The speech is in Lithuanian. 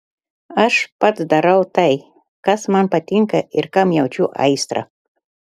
aš pats darau tai kas man patinka ir kam jaučiu aistrą